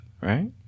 right